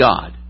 God